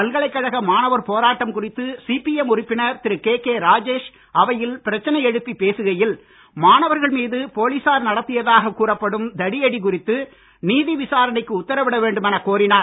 பல்கலைக்கழக மாணவர் போராட்டம் குறித்து சிபிஎம் உறுப்பினர் திரு கே கே ராஜேஷ் அவையில் பிரச்சனை எழுப்பிப் பேசுகையில் மாணவர்கள் மீது போலீசார் நடத்தியதாக கூறப்படும் தடியடி குறித்து நீதி விசாரணைக்கு உத்தரவிட வேண்டுமெனக் கோரினார்